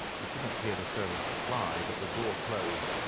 we could not hear the servant's reply, but the door closed,